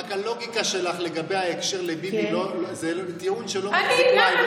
רק הלוגיקה שלך לגבי ההקשר לביבי זה טיעון שלא מחזיק מים.